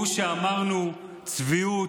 הוא שאמרנו: צביעות,